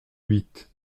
huit